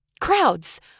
crowds